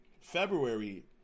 February